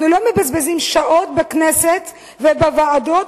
אנחנו לא מבזבזים שעות בכנסת ובוועדות